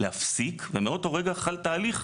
להפסיק ומאותו רגע חל תהליך.